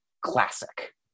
classic